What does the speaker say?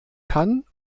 kann